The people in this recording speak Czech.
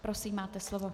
Prosím, máte slovo.